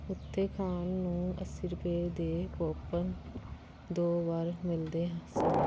ਉੱਥੇ ਖਾਣ ਨੂੰ ਅੱਸੀ ਰੁਪਏ ਦੇ ਪੋਪਕਨ ਦੋ ਵਾਰ ਮਿਲਦੇ ਸਨ